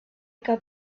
got